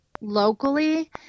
locally